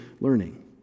learning